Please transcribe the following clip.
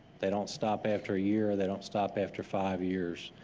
they don't stop after a year, they don't stop after five years.